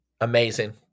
amazing